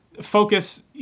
focus